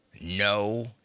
No